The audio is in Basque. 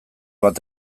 bat